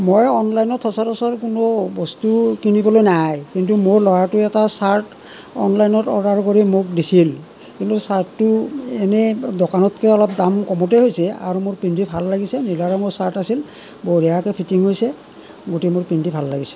মই অনলাইনত সচৰাচৰ কোনো বস্তু কিনিবলৈ নাই কিন্তু মোৰ ল'ৰাটোৱে এটা চাৰ্ট অনলাইনত অৰ্ডাৰ কৰি মোক দিছিল কিন্তু চাৰ্টটো এনে দোকানতকৈ অলপ দাম কমতে হৈছে আৰু মোৰ পিন্ধি ভাল লাগিছে নীলা ৰঙৰ চাৰ্ট আছিল বঢ়িয়াকৈ ফিটিং হৈছে গতিকে মোৰ পিন্ধি ভাল লাগিছে